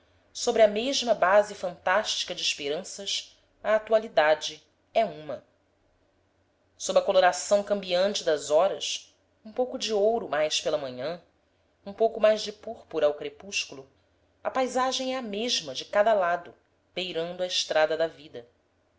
sobre a mesma base fantástica de esperanças a atualidade é uma sob a coloração cambiante das horas um pouco de ouro mais pela manhã um pouco mais de púrpura ao crepúsculo a paisagem é a mesma de cada lado beirando a estrada da vida